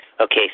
Okay